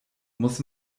muss